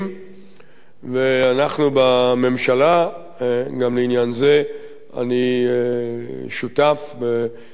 ואנחנו, בממשלה, גם בעניין זה אני שותף לניסיון,